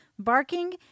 barking